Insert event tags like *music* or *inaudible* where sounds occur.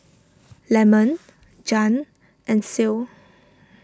*noise* Lemon Jann and Ceil